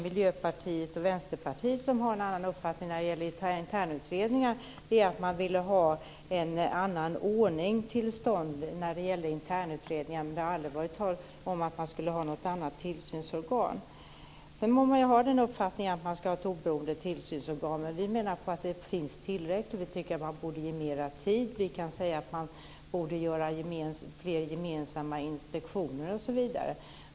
Miljöpartiet och Vänsterpartiet har en annan uppfattning om internutredningar. De vill ha en annan ordning till stånd när det gäller internutredningar, men det har aldrig varit tal om något annat tillsynsorgan. Sedan må man ha uppfattningen att det ska finnas ett oberoende tillsynsorgan, men vi menar att det som finns är tillräckligt och tycker att man borde ge mer tid, att flera gemensamma inspektioner borde göras osv.